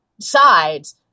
sides